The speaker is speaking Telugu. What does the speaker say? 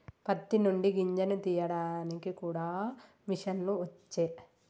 పత్తి నుండి గింజను తీయడానికి కూడా మిషన్లు వచ్చే